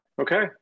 Okay